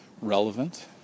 relevant